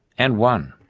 and won.